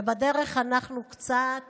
ובדרך אנחנו קצת